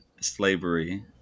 Slavery